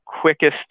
quickest